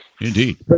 Indeed